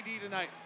tonight